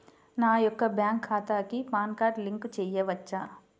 నా యొక్క బ్యాంక్ ఖాతాకి పాన్ కార్డ్ లింక్ చేయవచ్చా?